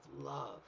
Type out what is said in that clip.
love